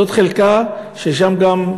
זו חלקה שקבורים בה גם